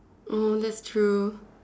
oh that's true